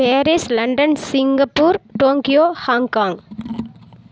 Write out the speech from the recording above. Paris London Singapore Tokyo Hong Kong